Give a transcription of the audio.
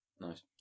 Nice